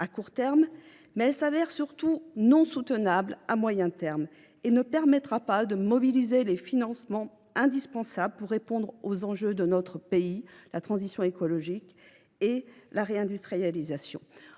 à court terme, mais elle s’avère surtout non soutenable à moyen terme et elle ne permettra pas de mobiliser les financements indispensables pour répondre aux enjeux de notre pays : la transition écologique et la réindustrialisation.